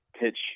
pitch